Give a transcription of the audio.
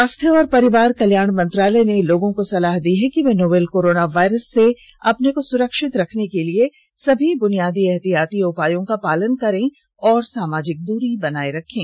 स्वास्थ्य और परिवार कल्याण मंत्रालय ने लोगों को सलाह दी है कि ये नोवल कोरोना वायरस से अपने को सुरक्षित रखने के लिए सभी बुनियादी एहतियाती उपायों का पालन करें और सामाजिक दूरी बनाए रखें